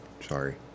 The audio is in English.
sorry